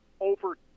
over